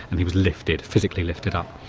and he was lifted, physically lifted up.